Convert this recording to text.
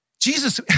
Jesus